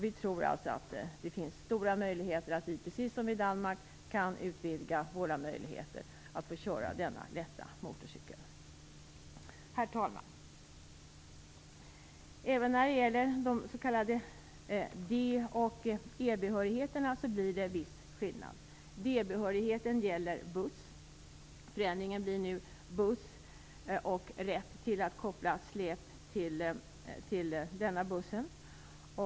Vi tror att det finns stora möjligheter att det är möjligt att man precis som i Danmark kan utvidga rätten att framföra lätt motorcykel. Herr talman! Även när det gäller de s.k. D och E behörigheterna blir det en viss skillnad. D behörigheten gäller buss. Förändringen blir nu att det införs en rätt att också koppla släp till buss.